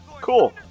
Cool